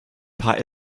paar